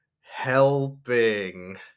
helping